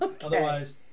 Otherwise